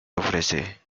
ofrece